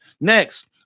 Next